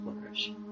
flourish